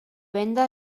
venda